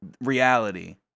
reality